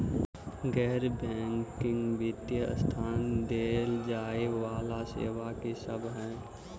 गैर बैंकिंग वित्तीय संस्थान द्वारा देय जाए वला सेवा की सब है?